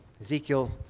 Ezekiel